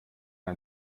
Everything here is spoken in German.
ein